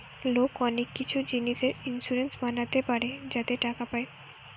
লোক অনেক কিছু জিনিসে ইন্সুরেন্স বানাতে পারে যাতে টাকা পায়